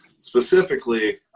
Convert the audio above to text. specifically